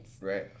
Right